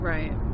Right